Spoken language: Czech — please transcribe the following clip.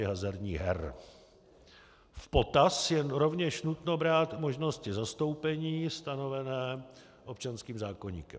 V potaz je rovněž nutno brát možnosti zastoupení stanovené občanským zákoníkem.